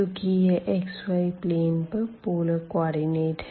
चूँकि यह xy plane पर पोलर कोऑर्डिनेट है